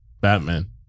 Batman